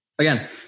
Again